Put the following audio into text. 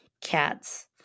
cats